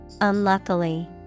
unluckily